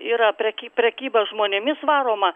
yra preky prekyba žmonėmis varoma